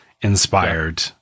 inspired